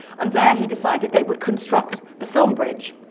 and there he decided they would construct the film bridge.